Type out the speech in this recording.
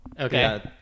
Okay